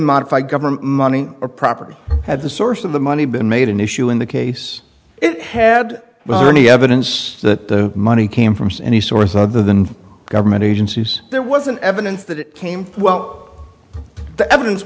modify government money or property at the source of the money been made an issue in the case it had but there any evidence that the money came from any source other than government agencies there wasn't evidence that it came well the evidence